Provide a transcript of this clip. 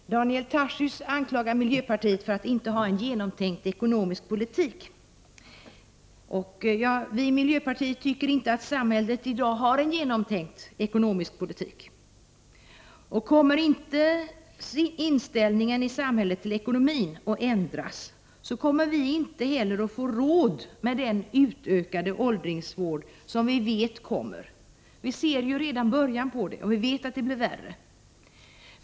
Fru talman! Daniel Tarschys anklagar miljöpartiet för att inte ha en genomtänkt ekonomisk politik. Vi i miljöpartiet tycker inte att samhället i dag har en genomtänkt ekonomisk politik. Om samhällets inställning till ekonomin inte ändras kommer vi inte heller att få råd med den utökade åldringsvård som vi vet att vi kommer att behöva. Vi ser ju redan början på utvecklingen, och vi vet att det kommer att bli värre.